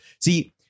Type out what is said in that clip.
See